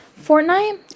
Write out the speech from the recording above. fortnite